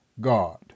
God